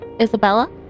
Isabella